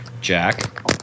Jack